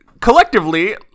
collectively